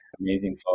amazing